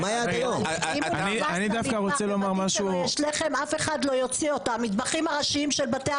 אני מתכבד לפתוח את ישיבת ועדת הבריאות בנושא